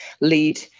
lead